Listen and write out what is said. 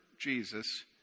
Jesus